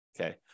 okay